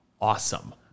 awesome